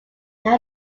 there